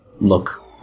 look